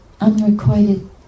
unrequited